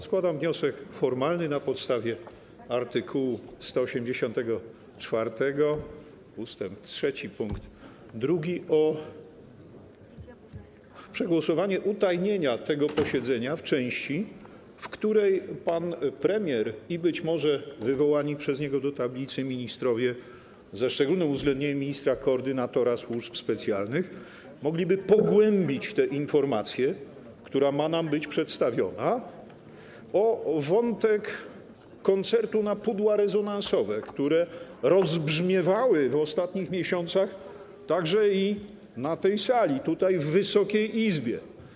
Składam wniosek formalny na podstawie art. 184 ust. 3 pkt 2 o przegłosowanie utajnienia tego posiedzenia w części, w której pan premier i być może wywołani przez niego do tablicy ministrowie, ze szczególnym uwzględnieniem ministra koordynatora służb specjalnych, mogliby pogłębić tę informację, która ma nam być przedstawiona, o wątek koncertu na pudła rezonansowe, które rozbrzmiewały w ostatnich miesiącach także na tej sali, tutaj, w Wysokiej Izbie.